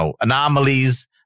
anomalies